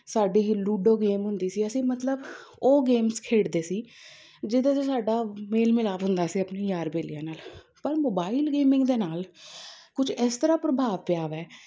ਸਾਡੀ ਹੀ ludo game ਹੁੰਦੀ ਸੀ ਅਸੀਂ ਮਤਲਬ ਉਹ ਗੇਮਸ ਖੇਡਦੇ ਸੀ ਜਿਦੇ 'ਚ ਸਾਡਾ ਮੇਲ ਮਿਲਾਪ ਹੁੰਦਾ ਸੀ ਆਪਣੇ ਯਾਰ ਬੇਲੀਆਂ ਨਾਲ ਪਰ ਮੋਬਾਇਲ ਗੇਮਿੰਗ ਦੇ ਨਾਲ ਕੁਛ ਇਸ ਤਰ੍ਹਾਂ ਪ੍ਰਭਾਵ ਪਿਆ ਹੈ